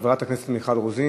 חברת הכנסת מיכל רוזין,